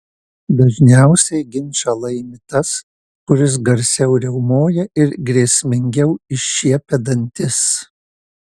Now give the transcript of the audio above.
dažniausiai ginčą laimi tas kuris garsiau riaumoja ir grėsmingiau iššiepia dantis